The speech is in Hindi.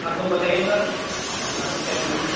हाँ तो बताइए सर आपको क्या चाहिए था